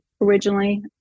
originally